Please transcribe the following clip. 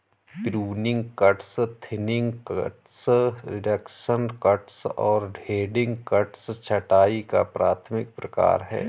pruning cuts, thinning cuts, reduction cuts और heading cuts छंटाई का प्राथमिक प्रकार हैं